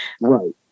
Right